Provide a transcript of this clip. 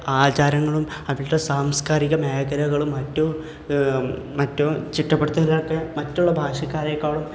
ആചാരങ്ങളും അവരുടെ സാംസ്കാരിക മേഖലകളും മറ്റു മറ്റു ചുറ്റപ്പെടുത്തലൊക്കെ മറ്റുള്ള ഭാഷക്കാരേക്കാളും